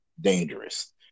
dangerous